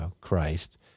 Christ